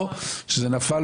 או שזה נפל